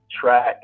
track